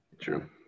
True